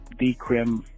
Decrim